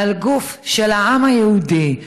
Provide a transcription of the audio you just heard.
על גוף של העם היהודי,